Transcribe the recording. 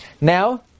Now